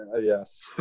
yes